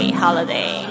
holiday